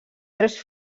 tres